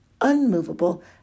unmovable